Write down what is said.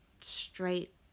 straight